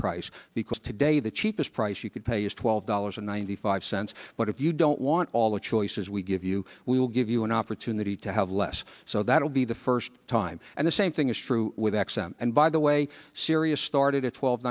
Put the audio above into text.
price because today the cheapest price you could pay is twelve dollars or ninety five cents but if you don't want all the choices we give you we will give you an opportunity to have less so that will be the first time and the same thing is true with x m and by the way sirius started at twelve